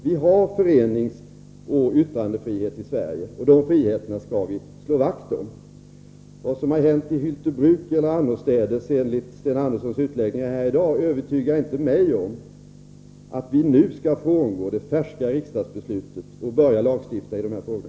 Vi har föreningsoch yttrandefrihet i Sverige, och dessa friheter skall vi slå vakt om. Vad som har hänt i Hyltebruk eller annorstädes enligt Sten Anderssons utläggningar här i dag övertygar inte mig om att vi nu skall frångå det färska riksdagsbeslutet och börja lagstifta i dessa frågor.